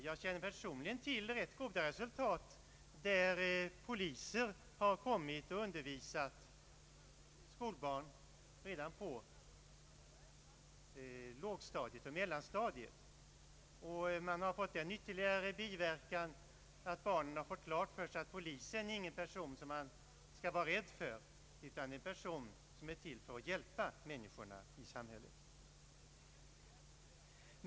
Jag känner personligen till att man nått goda resultat när poliser har undervisat skolbarnen redan på lågoch mellanstadiet. Och man har fått den ytterligare biverkan att barnen får klart för sig att polismannen inte är en person att vara rädd för utan en person som är till för att hjälpa människorna i samhället.